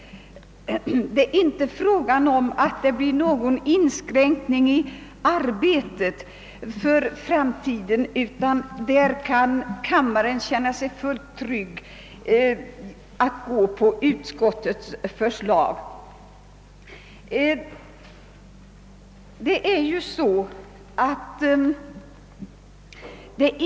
Någon inskränkning i arbetet för framtiden blir det inte; kammarens l1edamöter kan känna sig fullt trygga härför om de bifaller utskottets hemställan.